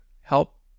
help